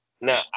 Now